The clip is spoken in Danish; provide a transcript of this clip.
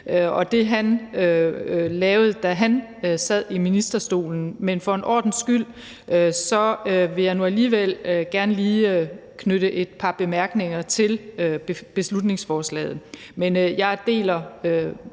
og det, han lavede, da han sad i ministerstolen, men for en ordens skyld vil jeg nu alligevel gerne lige knytte et par bemærkninger til beslutningsforslaget. Men jeg deler